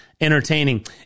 entertaining